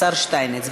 השר שטייניץ,